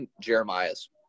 Jeremiah's